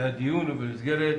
הדיון הוא במסגרת